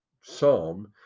psalm